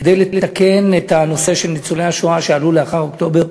כדי לתקן את הנושא של ניצולי השואה שעלו לאחר אוקטובר